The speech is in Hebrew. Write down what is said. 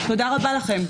תודה רבה לכם.